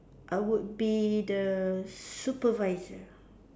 I would be the supervisor